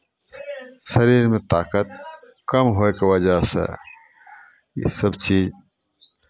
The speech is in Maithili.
शरीरमे ताकत कम होयके वजहसँ इसभ चीज